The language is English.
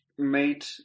Made